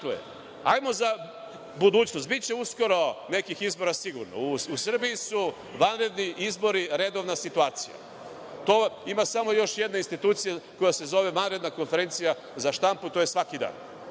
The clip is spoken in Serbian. hajmo za budućnost. Biće uskoro nekih izbora, sigurno. U Srbiji su vanredni izbori redovna situacija. Ima samo još jedna institucija koja se zove – vanredna konferencija za štampu, a to je svaki dan.